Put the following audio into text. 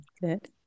Good